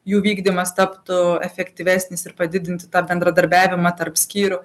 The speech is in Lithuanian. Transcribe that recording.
jų vykdymas taptų efektyvesnis ir padidinti tą bendradarbiavimą tarp skyrių